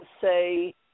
say